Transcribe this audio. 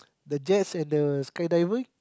the jets and the skydiving